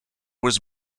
was